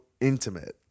intimate